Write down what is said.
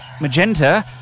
Magenta